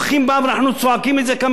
ואנחנו צועקים את זה כמה שנים,